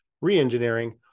re-engineering